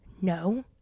no